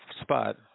spot